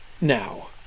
now